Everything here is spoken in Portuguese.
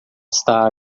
está